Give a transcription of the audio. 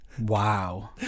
Wow